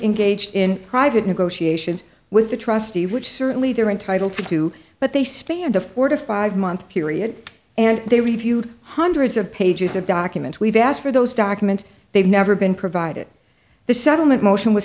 engaged in private negotiations with the trustee which certainly they're entitled to do but they spanned a four to five month period and they reviewed hundreds of pages of documents we've asked for those documents they've never been provided the settlement motion was